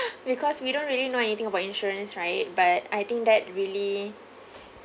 because we don't really know anything about insurance right but I think that really